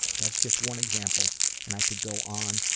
that's just one example and i could go on,